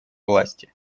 власти